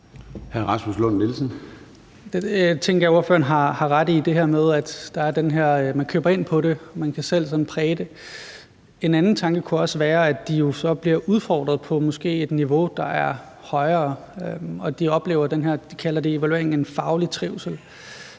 Rasmus Lund-Nielsen (M): Jeg tænker, at ordføreren har ret i, at der er det her med, at man køber ind på det, og at man kan selv præge det. En anden tanke kunne være, at de jo så måske bliver udfordret på et niveau, der er højere, og oplever det, der i evalueringen kaldes en faglig trivsel.